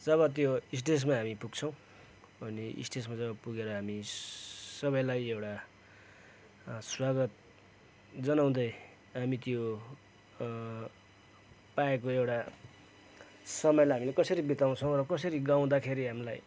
जब त्यो स्टेजमा हामी पुग्छौँ अनि स्टेजमा जब पुगेर हामी सबैलाई एउटा स्वागत जनाउँदै हामी त्यो पाएको एउटा समयलाई हामीले कसरी बिताउँछौ कसरी गाउदाखेरि हामीलाई